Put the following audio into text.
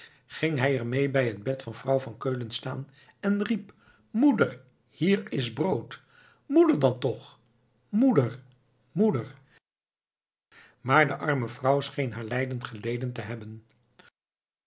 ging hij er mee bij het bed van vrouw van keulen staan en riep moeder hier is brood moeder dan toch moeder moeder maar de arme vrouw scheen haar lijden geleden te hebben